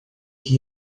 que